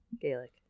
Gaelic